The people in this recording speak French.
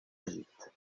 égypte